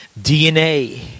DNA